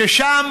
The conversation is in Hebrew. ששם